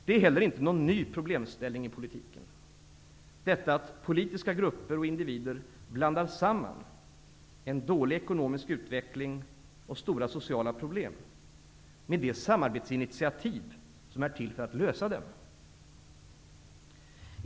Det är heller inte någon ny problemställning i politiken; detta att politiska grupper och individer blandar samman en dålig ekonomisk utveckling och stora sociala problem med de samarbetsinitiativ som är till för att lösa dem.